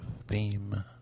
theme